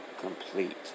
complete